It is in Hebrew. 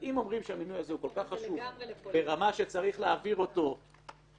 אם אומרים שהמינוי הזה הוא כל כך חשוב ברמה שצריך להעביר אותו בחוק,